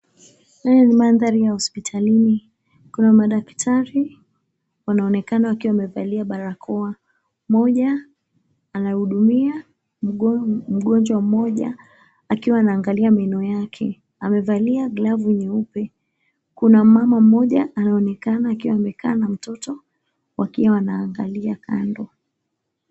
Haya ni mandhari ya hospitalini. Kuna madaktari wakiwa wamevalia barakoa. Mmoja anahudumia mgonjwa mmoja akiwa anaangalia meno yake. Amevalia glavu nyeupe kuna mama mmoja anaonekana akiwa amekaa na mtoto wakiwa wanaangalia kando.